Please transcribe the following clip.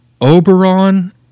Oberon